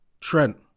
Trent